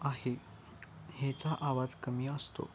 आहे हेचा आवाज कमी असतो